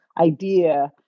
idea